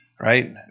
right